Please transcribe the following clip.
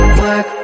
work